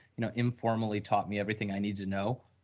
you know, informally taught me everything i need to know,